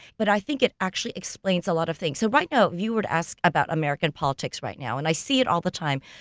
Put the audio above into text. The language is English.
but i think it actually explains a lot of things. so, right now, if you were to ask about american politics right now, and i see it all the time,